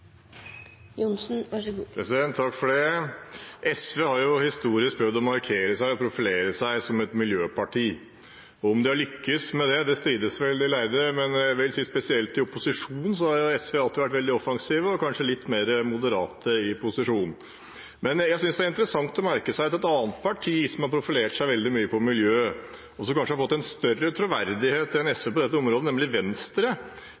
SV har historisk prøvd å markere seg og profilere seg som et miljøparti. Om de har lyktes med det, strides vel de lærde, men spesielt i opposisjon har SV alltid vært veldig offensive – og kanskje litt mer moderate i posisjon. Men jeg synes det er interessant å merke seg at et annet parti som har profilert seg veldig mye på miljø, og som kanskje har fått en større troverdighet enn SV på dette området, nemlig Venstre,